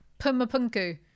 Pumapunku